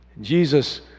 Jesus